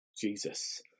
Jesus